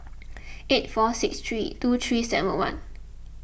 eight four six three two three seven one